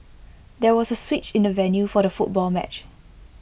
there was A switch in the venue for the football match